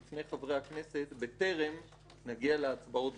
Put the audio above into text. חבר הכנסת בטרם נגיע להצבעות בחוק הזה.